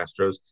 Astros